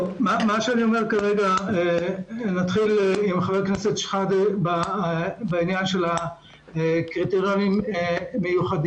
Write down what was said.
אני אתחיל עם שאלתו של חבר הכנסת שחאדה בעניין של קריטריונים מיוחדים.